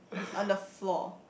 on the floor